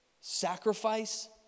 sacrifice